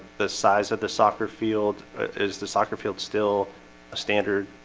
the size of the soccer field is the soccer field still a standard.